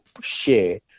share